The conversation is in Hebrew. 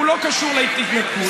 הוא לא קשור להתנתקות,